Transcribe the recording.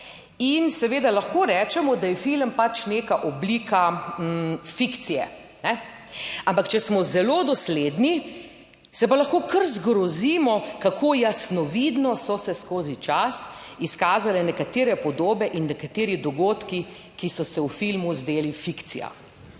in seveda lahko rečemo, da je film pač neka oblika fikcije. Ampak če smo zelo dosledni, se pa lahko kar zgrozimo, kako jasnovidno so se skozi čas izkazale nekatere podobe in nekateri dogodki, ki so se v filmu zdeli fikcija.